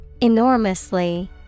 Enormously